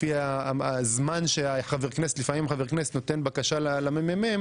לפי הזמן שחבר הכנסת אתן את הבקשה למ.מ.מ,